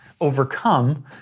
overcome—